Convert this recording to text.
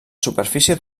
superfície